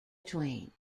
twain